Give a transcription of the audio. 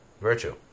virtue